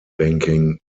banking